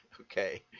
Okay